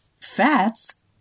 fats